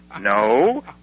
No